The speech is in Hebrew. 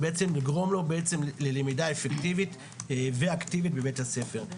ובעצם לגרום לו ללמידה אפקטיבית ואקטיבית בבית-הספר.